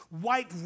white